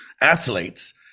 athletes